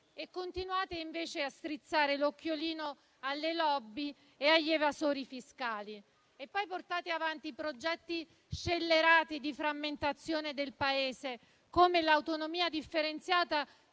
Continuate invece a strizzare l'occhio alle *lobby* e agli evasori fiscali e poi portate avanti progetti scellerati di frammentazione del Paese, come l'autonomia differenziata,